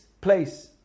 place